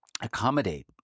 accommodate